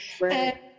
Right